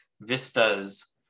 vistas